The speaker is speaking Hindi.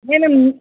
नहीं मेम